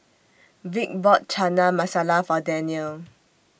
Vick bought Chana Masala For Danielle